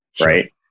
right